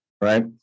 right